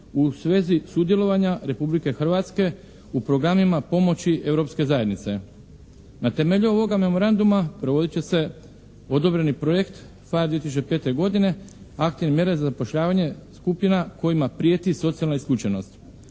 u svezi sudjelovanja Republike Hrvatske u programima pomoći Europske zajednice. Na temelju ovoga memoranduma provodit će se odobreni projekt PHARE 2005. godine, aktivne mjere za zapošljavanje skupina kojima prijeti socijalna isključenost.